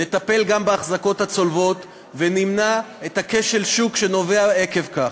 נטפל גם בהחזקות הצולבות ונמנע את כשל השוק שנובע עקב כך.